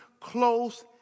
close